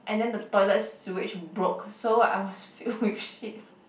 and then the toilet sewage broke so I was filled with shit